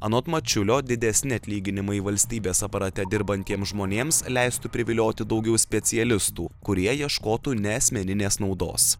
anot mačiulio didesni atlyginimai valstybės aparate dirbantiems žmonėms leistų privilioti daugiau specialistų kurie ieškotų ne asmeninės naudos